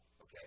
Okay